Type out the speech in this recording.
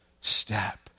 step